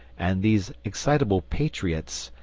and these excitable patriots,